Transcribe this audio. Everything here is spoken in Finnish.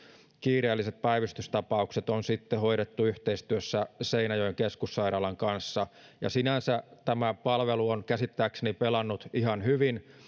kiireelliset päivystystapaukset on sitten hoidettu yhteistyössä seinäjoen keskussairaalan kanssa sinänsä tämä palvelu on käsittääkseni pelannut ihan hyvin